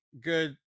good